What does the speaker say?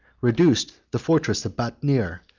reduced the fortress of batmir,